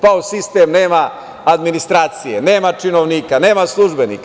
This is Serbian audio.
Pao sistem, nema administracije, nema činovnika, nema službenika.